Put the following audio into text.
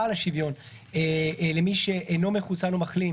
על השוויון למי שאינו מחוסן או מחלים,